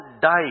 die